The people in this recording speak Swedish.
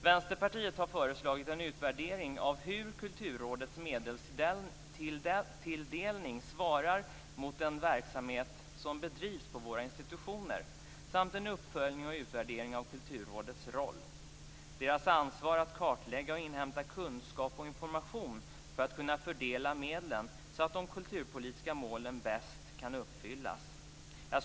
Vänsterpartiet har föreslagit en utvärdering av hur Kulturrådets medelstilldelning svarar mot den verksamhet som bedrivs på våra institutioner samt en uppföljning och utvärdering av Kulturrådets roll och ansvar när det gäller att kartlägga och inhämta kunskap och information för att kunna fördela medlen så att de kulturpolitiska målen bäst kan uppfyllas.